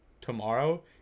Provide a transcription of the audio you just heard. tomorrow